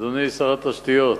אדוני שר התשתיות,